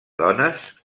dones